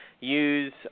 use